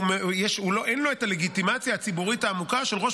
אין לו את הלגיטימציה הציבורית העמוקה של ראש